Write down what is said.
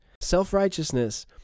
Self-righteousness